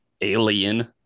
alien